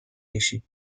کشید